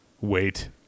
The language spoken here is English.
Wait